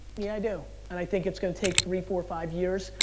yeah, i do. and i think it's gonna take three, four, five, years,